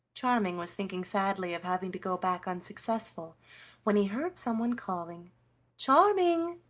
charming was thinking sadly of having to go back unsuccessful when he heard someone calling charming,